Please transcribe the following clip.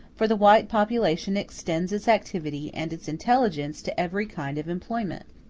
for the white population extends its activity and its intelligence to every kind of employment.